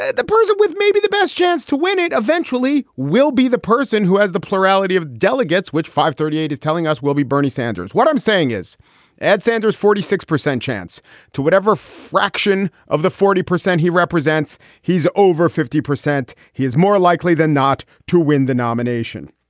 the person with maybe the best chance to win it eventually will be the person who has the plurality of delegates, which fivethirtyeight is telling us will be bernie sanders. what i'm saying is ed sanders forty six percent chance to whatever fraction of the forty percent he represents. he's over fifty percent. he is more likely than not to win the nomination.